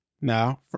Now